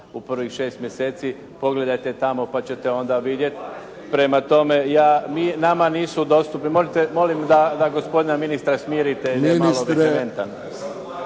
u prvih šest mjeseci, pogledajte tamo, pa ćete onda vidjeti. Prema tome, nama nisu dostupni. Molim da gospodina ministra smirite, jer je malo